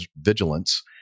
vigilance